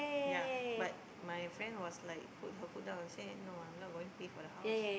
ya but my friend was like put her foot down and say no I'm not going pay for the house